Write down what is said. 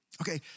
Okay